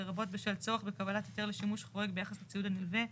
לרבות בשל צורך בקבלת היתר לשימוש חורג ביחס לציוד הנלווה,